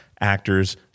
actors